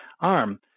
arm